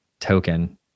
token